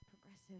Progressive